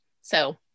So-